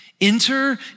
Enter